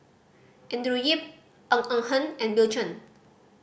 Andrew Yip Ng Eng Hen and Bill Chen